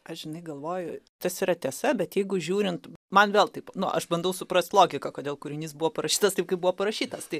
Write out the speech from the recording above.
aš žinai galvoju tas yra tiesa bet jeigu žiūrint man vėl taip nu aš bandau suprast logiką kodėl kūrinys buvo parašytas taip kaip buvo parašytas tai